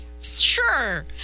Sure